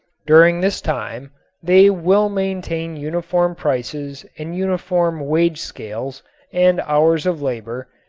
during this time they will maintain uniform prices and uniform wage scales and hours of labor,